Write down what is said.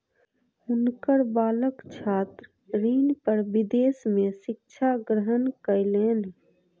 हुनकर बालक छात्र ऋण पर विदेश में शिक्षा ग्रहण कयलैन